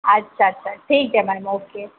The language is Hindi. अच्छा अच्छा ठीक है मैम ओके